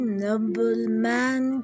nobleman